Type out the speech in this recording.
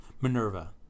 Minerva